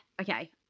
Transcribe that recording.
Okay